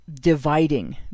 dividing